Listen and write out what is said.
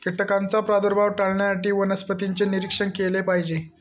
कीटकांचा प्रादुर्भाव टाळण्यासाठी वनस्पतींचे निरीक्षण केले पाहिजे